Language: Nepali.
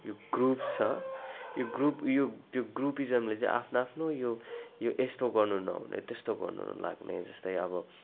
यो ग्रुप छ यो ग्रुप उयो त्यो ग्रुपिज्मले आफ्नो आफ्नो यो यो यस्तो गर्न नहुने त्यस्तो गर्न न लाग्ने जस्तै अब